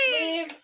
Leave